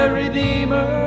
redeemer